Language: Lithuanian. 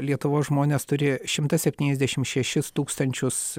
lietuvos žmonės turėjo šimtą septyniasdešim šešis tūkstančius